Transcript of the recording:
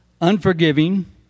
unforgiving